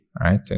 right